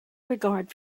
regard